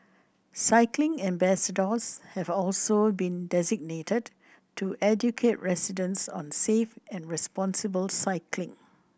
cycling ambassadors have also been designated to educate residents on safe and responsible cycling